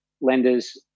lenders